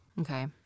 Okay